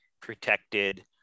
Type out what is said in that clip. protected